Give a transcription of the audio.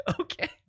Okay